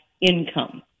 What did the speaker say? income